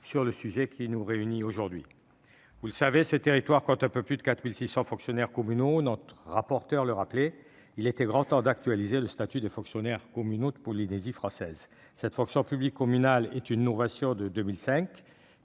sur le sujet qui nous réunit aujourd'hui. Vous le savez, ce territoire compte un peu plus de 4 600 fonctionnaires communaux. Notre rapporteur le rappelait : il était grand temps d'actualiser leur statut. Cette fonction publique communale est une innovation de 2005,